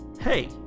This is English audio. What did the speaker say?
hey